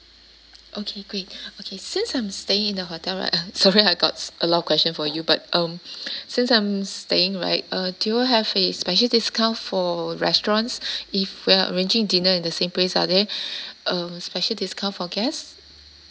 okay great okay since I'm staying in the hotel right um sorry I got s~ a lot of question for you but um since I'm staying right uh do you all have a special discount for restaurants if we're arranging dinner in the same place are there um special discount for guests